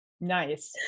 Nice